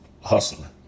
hustling